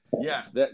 Yes